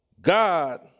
God